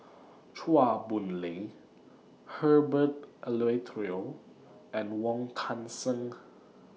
Chua Boon Lay Herbert Eleuterio and Wong Kan Seng